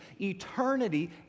eternity